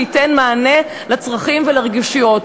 שייתן מענה לצרכים ולרגישויות.